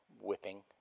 whipping